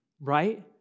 Right